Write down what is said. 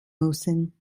müssen